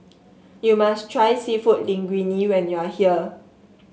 you must try seafood Linguine when you are here